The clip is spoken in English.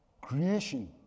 Creation